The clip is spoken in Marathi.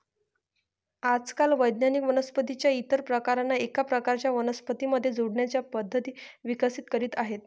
आजकाल वैज्ञानिक वनस्पतीं च्या इतर प्रकारांना एका प्रकारच्या वनस्पतीं मध्ये जोडण्याच्या पद्धती विकसित करीत आहेत